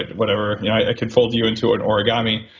whatever, i can fold you in two in origami,